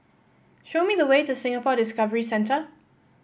show me the way to Singapore Discovery Centre